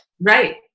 Right